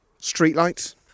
streetlights